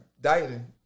Dieting